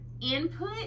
input